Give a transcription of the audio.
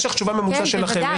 כן,